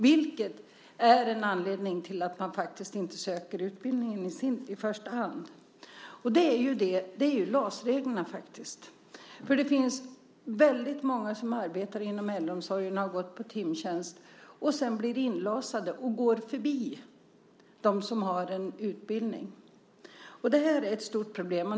Det är en anledning till att man inte söker utbildningen i första hand. Detta har att göra med LAS. Det finns väldigt många som arbetar inom äldreomsorgen och som har gått på timtjänst och som på grund av LAS går förbi dem som har en utbildning. Detta är ett stort problem.